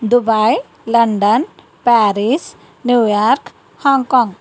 Dubai London Paris New York Hong Kong